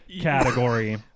category